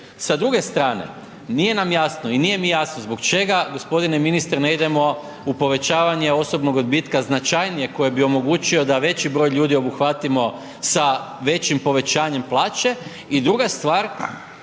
Sa druge strane nije nam jasno i nije mi jasno zbog čega gospodine ministre ne idemo u povećavanje osobnog odbitka značajnije koji bi omogućio da veći broj ljudi obuhvatimo sa većim povećanjem plaće i druga stvar